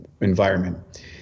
environment